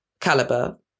caliber